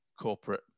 corporate